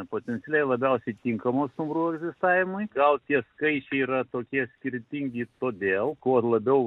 potencialiai labiausiai tinkamos stumbrų egzistavimui gal tie skaičiai yra tokie skirtingi todėl kuo labiau